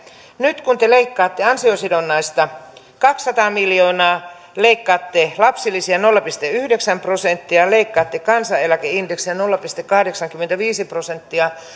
nyt kun te leikkaatte ansiosidonnaista kaksisataa miljoonaa leikkaatte lapsilisiä nolla pilkku yhdeksän prosenttia leikkaatte kansaneläkeindeksiä nolla pilkku kahdeksankymmentäviisi prosenttia